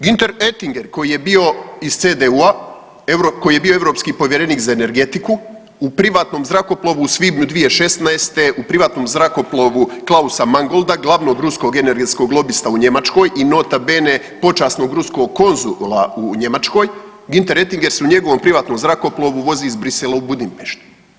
Ginter Etinger, koji je bio iz CDU-a, koji je bio europski povjerenik za energetiku, u privatnom zrakoplovu u svibnju 2016., u privatnom zrakoplovu Klausa Mangolda, glavnog ruskog energetskog lobista u Njemačkoj i nota bene počasnog ruskog konzula u Njemačkoj, Ginter Etinger se u njegovom privatnom zrakoplovu vozi iz Bruxellesa u Budimpeštu.